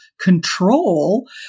control